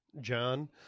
john